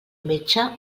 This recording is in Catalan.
metge